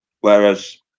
Whereas